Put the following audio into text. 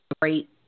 great